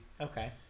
Okay